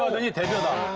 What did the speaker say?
and you take it off?